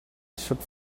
should